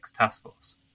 Taskforce